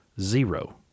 zero